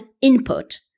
input